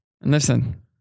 Listen